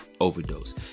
overdose